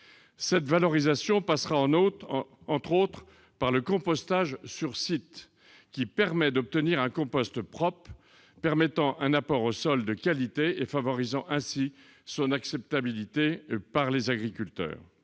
cette valorisation passera en note entre autres par le compostage sur site qui permet d'obtenir un compost propres permettant un apport au sol de qualité et favorisant ainsi son acceptabilité par les agriculteurs,